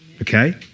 Okay